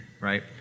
right